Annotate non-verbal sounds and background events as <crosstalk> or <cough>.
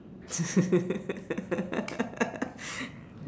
<laughs>